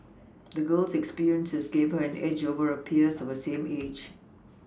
the girl's experiences gave her an edge over her peers of the same age